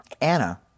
Anna